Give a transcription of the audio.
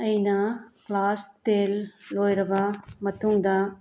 ꯑꯩꯅ class ten ꯂꯣꯏꯔꯕ ꯃꯇꯨꯡꯗ